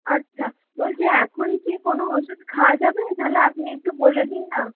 আচ্ছা বলছি এখন কি কোনো ওষুধ খাওয়া যাবে তাহলে আপনি একটু বলে দিন না